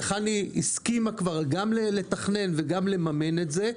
חנ"י הסכימה כבר גם לתכנן וגם לממן את זה.